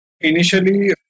Initially